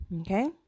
Okay